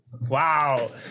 Wow